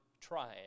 tried